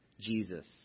jesus